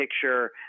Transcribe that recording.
picture